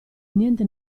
niente